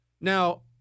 Now